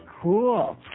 cool